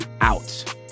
out